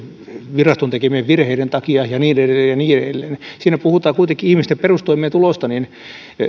viraston tekemien virheiden takia ja niin edelleen ja niin edelleen siinä puhutaan kuitenkin ihmisten perustoimeentulosta ja